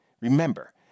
Remember